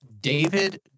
David